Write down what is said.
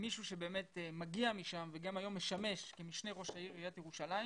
מישהו שבאמת מגיע משם וגם היום משמש כמשנה לראש העיר ירושלים